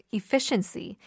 efficiency